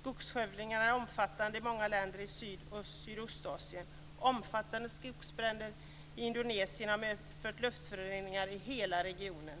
Skogsskövlingarna är omfattande i många länder i Indonesien har medfört luftföroreningar i hela regionen.